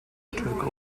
took